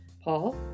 Paul